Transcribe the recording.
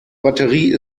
batterie